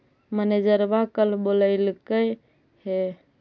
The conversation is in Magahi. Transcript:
मैनेजरवा कल बोलैलके है?